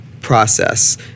process